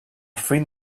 fruit